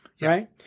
Right